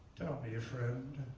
me, ah friend?